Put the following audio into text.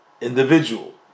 Individual